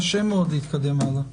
קשה מאוד להתקדם הלאה.